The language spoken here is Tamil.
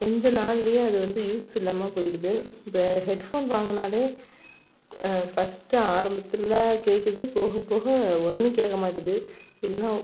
கொஞ்ச நாள்லையே அது வந்து யூஸ் இல்லாமல் போய்டுது இப்போ ஹெட்ஃபோன் வாங்கினாலே ஃபஸ்ட்டு ஆரம்பத்தில் கேட்குது போகப்போக ஒன்றுமே கேட்கமாட்டுது இல்லைன்னா